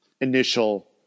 initial